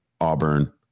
Auburn